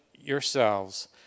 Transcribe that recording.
yourselves